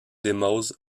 demos